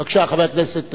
בבקשה, חבר הכנסת חנין.